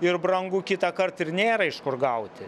ir brangu kitąkart ir nėra iš kur gauti